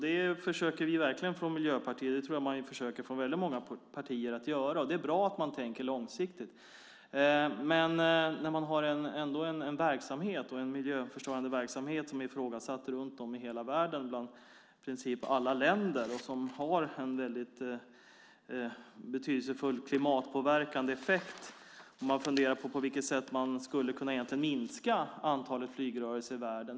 Det försöker vi verkligen göra från Miljöpartiet. Jag tror att man försöker göra det från många partier, och det är bra att man tänker långsiktigt. Nu har man en miljöförstörande verksamhet som är ifrågasatt runt om i hela världen bland i princip alla länder och som har en betydande klimatpåverkande effekt. Då borde man fundera på vilka sätt det finns för att minska antalet flygrörelser i världen.